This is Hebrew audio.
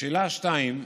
לשאלה 2: